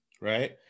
right